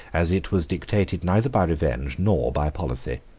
as it was dictated neither by revenge nor by policy.